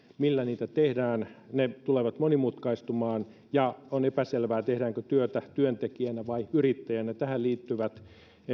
millä alustalla niitä tehdään tulee monimutkaistumaan ja on epäselvää tehdäänkö työtä työntekijänä vai yrittäjänä tähän liittyvät